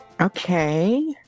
Okay